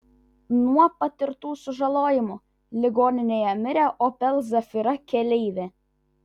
nuo patirtų sužalojimų ligoninėje mirė opel zafira keleivė